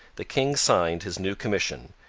the king signed his new commission,